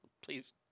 please